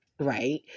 Right